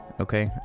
okay